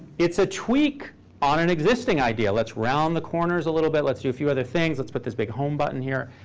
it's a tweak on an existing idea. let's round the corners a little bit. let's do a few other things. let's put this big home button here.